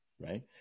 Right